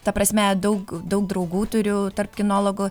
ta prasme daug daug draugų turiu tarp kinologų